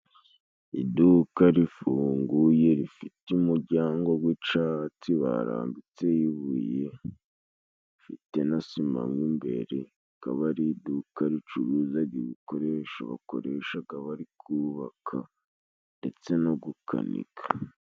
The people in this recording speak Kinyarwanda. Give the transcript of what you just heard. Iduka rifunguye rifite umuryango gw'icatsi barambitseho ibuye rifite na sima mo imbere, akaba ari iduka ricuruzaga ibikoresho bakoreshaga bari kubaka ndetse no gukanika.